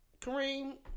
Kareem